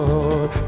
Lord